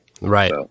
Right